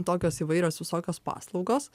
tokios įvairios visokios paslaugos